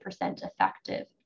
effective